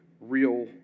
real